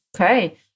Okay